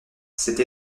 cette